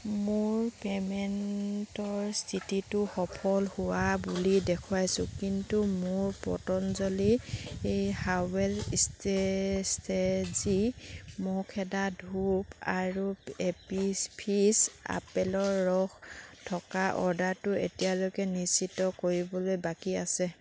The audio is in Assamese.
মোৰ পে'মেণ্টৰ স্থিতিটো সফল হোৱা বুলি দেখুৱাইছো কিন্তু মোৰ পতঞ্জলীৰ এই হাৰ্বেল ষ্ট্ৰেটেজী মহ খেদা ধুপ আৰু এপীজ ফিজ আপেলৰ ৰস থকা অৰ্ডাৰটো এতিয়ালৈকে নিশ্চিত কৰিবলৈ বাকী আছে